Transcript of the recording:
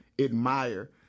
admire